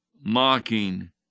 mocking